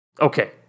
Okay